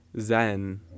Zen